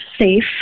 safe